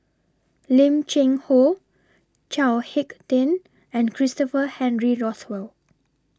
Lim Cheng Hoe Chao Hick Tin and Christopher Henry Rothwell